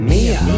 Mia